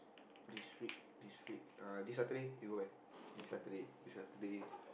this week this week uh this Saturday you go where next Saturday this Saturday